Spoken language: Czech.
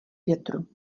větru